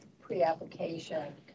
pre-application